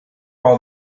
while